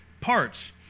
parts